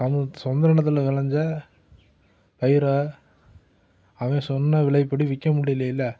சொந்த நிலத்தில் விளஞ்ச பயிரை அவன் சொன்ன விலைப் படி விற்க முடியலைல